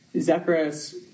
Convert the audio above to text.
Zacharias